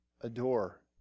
adore